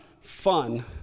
fun